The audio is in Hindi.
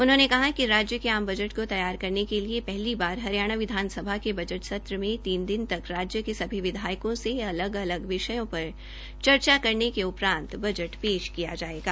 उन्होंने कहा कि राज्य के आम बजट को तैयार करने के लिए पहली बार हरियाणा विधानसभा के बजट सत्र में तीन दिन तक राज्य के सभी विधायकों से अलग अलग विषयों पर चर्चा करने के उपरांत बजट पेश किया जाएगा